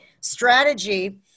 strategy